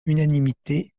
unanimité